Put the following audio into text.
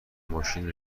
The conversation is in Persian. ماشین